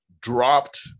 dropped